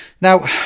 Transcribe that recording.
Now